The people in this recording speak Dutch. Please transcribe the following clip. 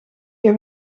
heb